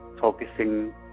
focusing